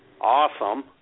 Awesome